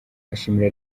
ashimira